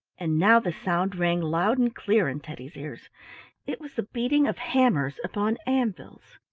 and now the sound rang loud and clear in teddy's ears it was the beating of hammers upon anvils.